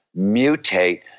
mutate